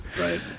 Right